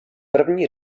první